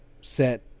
set